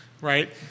Right